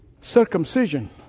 circumcision